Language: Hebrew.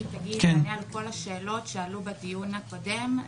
שתענה על כל השאלות שעלו בדיון הקודם.